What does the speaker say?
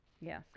Yes